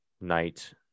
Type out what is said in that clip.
night